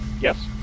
yes